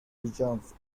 regions